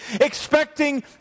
expecting